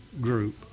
group